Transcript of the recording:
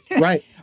Right